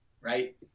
Right